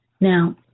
Now